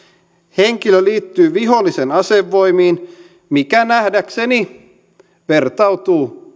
henkilö liittyy vihollisen asevoimiin mikä nähdäkseni vertautuu